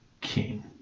king